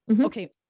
Okay